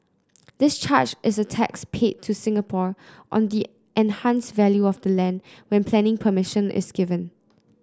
this charge is a tax paid to Singapore on the enhanced value of the land when planning permission is given